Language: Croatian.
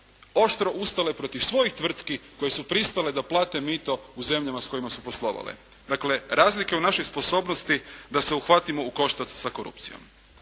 oštro ustale protiv svojih tvrtki koje su pristale da plate mito u zemljama s kojima su poslovale. Dakle razlika je u našoj sposobnosti da se uhvatimo u koštac sa korupcijom.